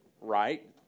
right